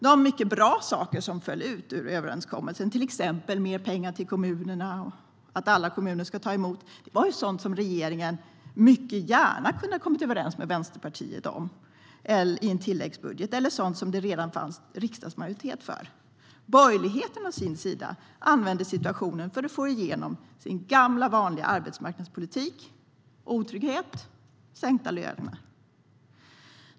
Det var mycket bra saker som föll ut ur överenskommelsen, till exempel mer pengar till kommunerna och att alla kommuner ska ta emot. Det var sådant som regeringen mycket gärna kunde ha kommit överens med Vänsterpartiet om i en tilläggsbudget, eller sådant som det redan fanns en riksdagsmajoritet för. Borgerligheten å sin sida använde situationen för att få igenom sin gamla vanliga arbetsmarknadspolitik med otrygghet och sänkta löner.